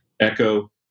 echo